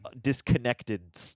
disconnected